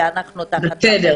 בסדר.